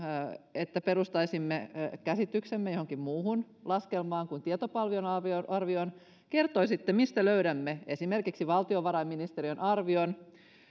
että perustaisimme käsityksemme johonkin muuhun laskelmaan kuin tietopalvelun arvioon niin kertoisitte mistä löydämme esimerkiksi valtiovarainministeriön arvion